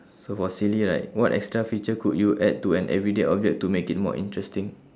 so for silly right what extra feature could you add to an everyday object to make it more interesting